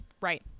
Right